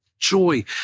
Joy